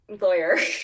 lawyer